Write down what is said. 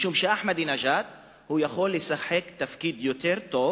משום שאחמדינג'אד יכול לשחק תפקיד יותר טוב